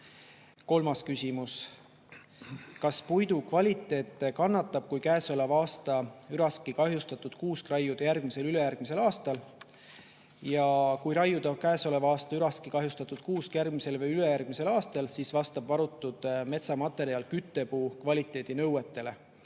Kolmas küsimus: "Kas puidu kvaliteet kannatab, kui käesoleva aasta üraskikahjustatud kuusk raiuda järgmisel/ülejärgmisel aastal?" Kui raiuda käesoleva aasta üraski kahjustatud kuusk järgmisel või ülejärgmisel aastal, siis vastab varutud metsamaterjal küttepuu kvaliteedinõuetele